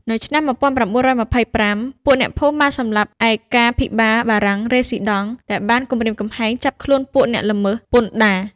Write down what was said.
នៅឆ្នាំ១៩២៥ ពួកអ្នកភូមិបានសម្លាប់ឯកាភិបាលបារាំង រេស៊ី ដង់ ដែលបានគម្រាមកំហែងចាប់ខ្លួនពួកអ្នកល្មើសពន្ធដារ ។